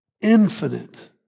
infinite